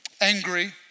angry